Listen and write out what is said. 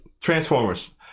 Transformers